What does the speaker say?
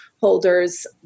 holders